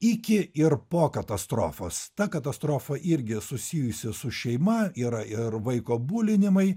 iki ir po katastrofos ta katastrofa irgi susijusi su šeima yra ir vaiko bulinimai